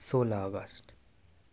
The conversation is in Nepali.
सोह्र अगस्ट